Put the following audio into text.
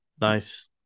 Nice